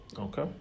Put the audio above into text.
Okay